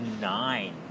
nine